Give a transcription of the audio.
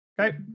okay